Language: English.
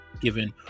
given